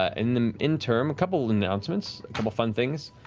ah in the interim, couple announcements, couple fun things.